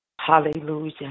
Hallelujah